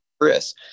Chris